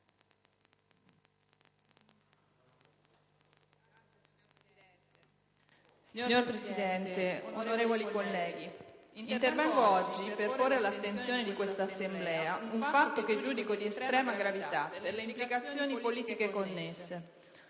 Signor Presidente, onorevoli colleghi, intervengo per porre all'attenzione di questa Assemblea un fatto che giudico di estrema gravità per le implicazioni politiche connesse.